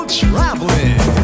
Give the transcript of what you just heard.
traveling